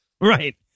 Right